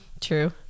true